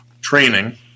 training